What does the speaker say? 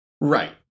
Right